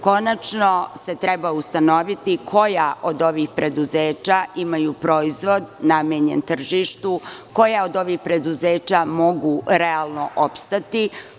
Konačno, se treba ustanoviti koja od ovih preduzeća imaju proizvod namenjen tržištu, koja od ovih preduzeća mogu realno opstati?